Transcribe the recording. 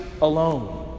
alone